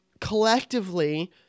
collectively